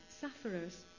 sufferers